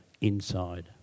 inside